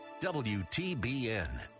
WTBN